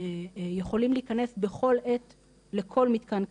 יכולים להיכנס בכל עת לכל מתקן כליאה,